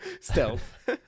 Stealth